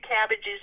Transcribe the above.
cabbages